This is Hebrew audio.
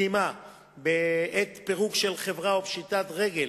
קדימה בעת פירוק חברה או פשיטת רגל